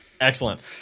Excellent